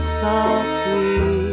softly